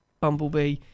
Bumblebee